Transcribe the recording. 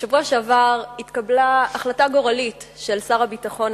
בשבוע שעבר התקבלה החלטה גורלית של שר הביטחון,